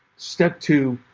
step two,